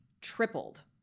tripled